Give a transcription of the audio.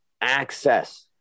access